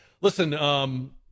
Listen